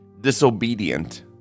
disobedient